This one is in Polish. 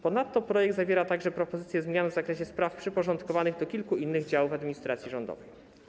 Ponadto projekt zawiera także propozycję zmian w zakresie spraw przyporządkowanych kilku innym działom administracji rządowej.